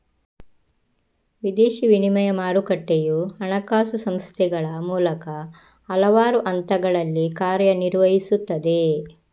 ವಿದೇಶಿ ವಿನಿಮಯ ಮಾರುಕಟ್ಟೆಯು ಹಣಕಾಸು ಸಂಸ್ಥೆಗಳ ಮೂಲಕ ಹಲವಾರು ಹಂತಗಳಲ್ಲಿ ಕಾರ್ಯ ನಿರ್ವಹಿಸುತ್ತದೆ